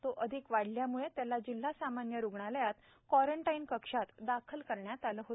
तो अधिक वाढल्याम्ळे त्याला जिल्हा सामान्य रुग्णालयात क्वॉरंटाईन कक्षात दाखल करण्यात आले होते